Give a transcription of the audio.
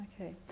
okay